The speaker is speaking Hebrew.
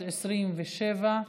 327: